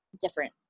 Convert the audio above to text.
different